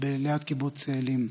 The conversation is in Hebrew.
ליד קיבוץ צאלים.